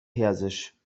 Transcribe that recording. persisch